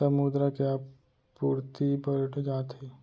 तब मुद्रा के आपूरति बड़ जाथे